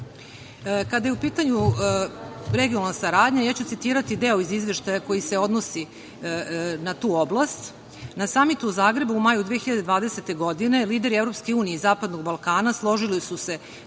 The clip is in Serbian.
je u pitanju regionalna saradnja, ja ću citirati deo iz Izveštaja koji se odnosi na tu oblast. Na samitu u Zagrebu u maju 2020. godine lideri EU i Zapadnog Balkana složili su se